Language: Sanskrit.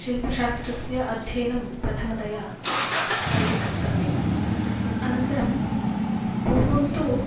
शिल्पशास्त्रस्य अध्ययनं प्रथमतया तैः कर्तव्यम् अनन्तरं पूर्वं तु